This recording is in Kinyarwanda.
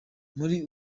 muri